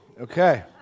Okay